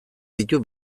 ditu